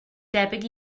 debyg